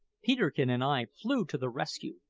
peterkin and i flew to the rescue,